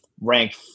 ranked